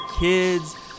kids